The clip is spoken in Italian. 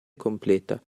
completa